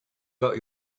got